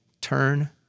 turn